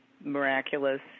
miraculous